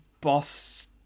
Boss